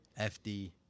fd